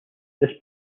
this